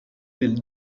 del